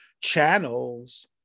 channels